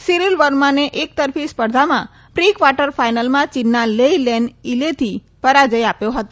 સૌરીલ વર્માને એકતરફી સ્પર્ધામાં પ્રીક્વાર્ટર ફાઈનલમાં ચીનના લેઈ લેન ઈલેથી પરાજય આપ્યો હતો